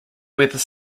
weather